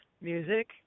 music